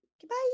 Goodbye